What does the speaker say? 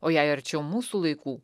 o jei arčiau mūsų laikų